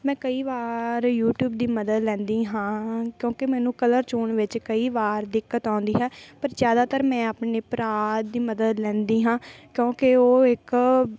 ਮੈਂ ਕਈ ਵਾਰ ਯੂਟੀਊਬ ਦੀ ਮਦਦ ਲੈਂਦੀ ਹਾਂ ਕਿਉਂਕਿ ਮੈਨੂੰ ਕਲਰ ਚੋਣ ਵਿੱਚ ਕਈ ਵਾਰ ਦਿੱਕਤ ਆਉਂਦੀ ਹੈ ਪਰ ਜ਼ਿਆਦਾਤਰ ਮੈਂ ਆਪਣੇ ਭਰਾ ਦੀ ਮਦਦ ਲੈਂਦੀ ਹਾਂ ਕਿਉਂਕਿ ਉਹ ਇੱਕ